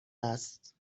است